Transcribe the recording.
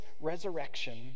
resurrection